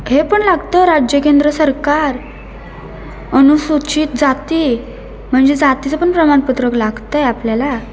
हे पण लागतं राज्य केंद्र सरकार अनुसूचित जाती म्हणजे जातीचं पण प्रमाणपत्रक लागतं आहे आपल्याला